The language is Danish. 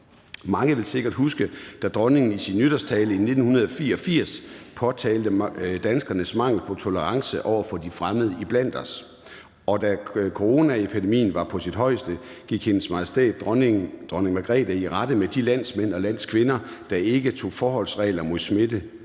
Mange vil sikkert huske, da dronningen i sin nytårstale i 1984 påtalte danskernes mangel på tolerance over for de fremmede iblandt os. Og da coronapandemien var på sit højeste, gik Hendes Majestæt Dronning Margrethe i rette med de landsmænd og landskvinder, der ikke tog forholdsregler mod at smitte